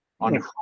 on